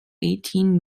eighteen